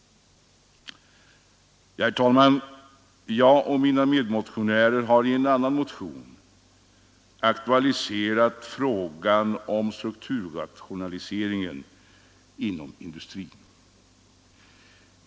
Herr talman! Jag och mina medmotionärer har i en annan motion aktualiserat frågan om strukturrationaliseringen inom industrin.